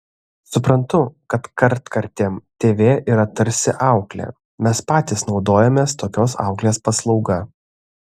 suprantu kad kartkartėm tv yra tarsi auklė mes patys naudojamės tokios auklės paslauga